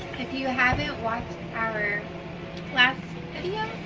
if you havent watched our last video